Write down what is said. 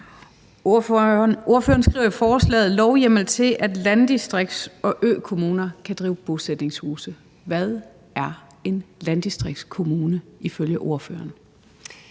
Ordføreren skriver i forslaget »lovhjemmel til, at landdistrikts- og økommuner kan drive bosætningshuse«. Hvad er en landdistriktskommune ifølge ordføreren?